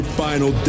final